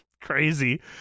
crazy